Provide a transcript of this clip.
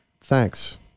Thanks